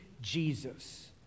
Jesus